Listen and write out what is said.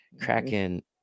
Kraken